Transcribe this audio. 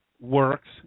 works